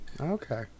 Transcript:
Okay